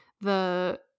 the-